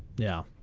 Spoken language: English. yeah.